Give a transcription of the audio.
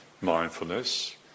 mindfulness